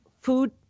food